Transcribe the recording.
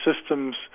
systems